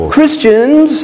Christians